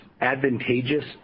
advantageous